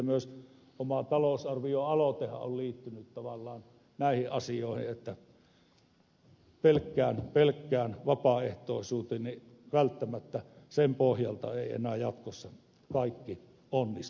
myös oma talousarvioaloitteenihan on liittynyt tavallaan näihin asioihin että välttämättä pelkän vapaaehtoisuuden pohjalta ei enää jatkossa kaikki onnistu